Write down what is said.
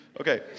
Okay